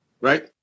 right